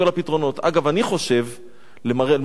אני חושב על מה שאתה אומר,